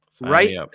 right